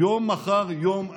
יום אחר יום.